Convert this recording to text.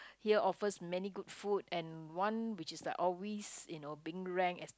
here offers many good food and one which is like always you know being ranked as